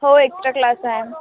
हो extra class आहे